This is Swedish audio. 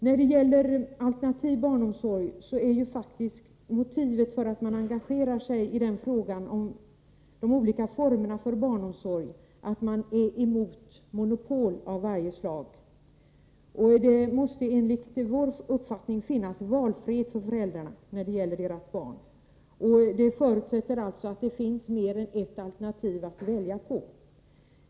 När det gäller alternativ barnomsorg vill jag säga att motivet för att man engagerar sig i frågan om de olika formerna för barnomsorg faktiskt är att man är emot monopol av varje slag. Det måste enligt vår uppfattning finnas valfrihet för föräldrarna när det gäller barnen. Det förutsätter att det finns alternativ att välja emellan.